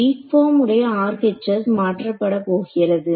week form உடைய RHS மாற்றப்பட போகிறது